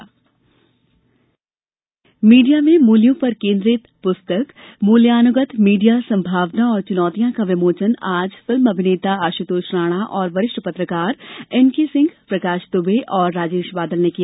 विमोचन मीडिया में मूल्यों पर केन्द्रित पुस्तक मूल्यानुगत मीडिया संभावना और चुनौतियां का विमोचन आज फिल्म अमिनेता आशुतोष राणा और वरिष्ठ पत्रकारों एनकेसिह प्रकाश दुबे तथा राजेश बादल ने किया